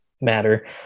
matter